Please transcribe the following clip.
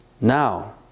Now